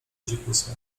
dzikusa